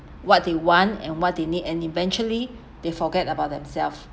what they want and what they need and eventually they forget about themselves